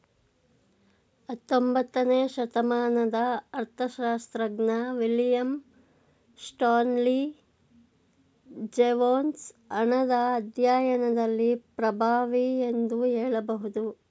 ಹತ್ತೊಂಬತ್ತನೇ ಶತಮಾನದ ಅರ್ಥಶಾಸ್ತ್ರಜ್ಞ ವಿಲಿಯಂ ಸ್ಟಾನ್ಲಿ ಜೇವೊನ್ಸ್ ಹಣದ ಅಧ್ಯಾಯದಲ್ಲಿ ಪ್ರಭಾವಿ ಎಂದು ಹೇಳಬಹುದು